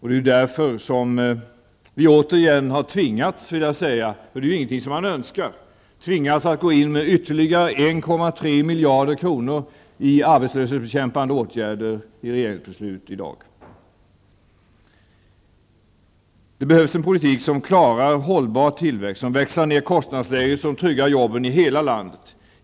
Det är därför vi tvingats, vill jag säga återigen -- för det är ju ingenting man önskar -- att gå in med ytterligare 1,3 miljarder kronor i arbetslöshetsbekämpande åtgärder genom regeringsbeslut i dag. Det behövs en politik som klarar hållbar tillväxt, som växlar ned kostnadsläget och tryggar jobben i hela landet.